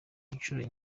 inshuro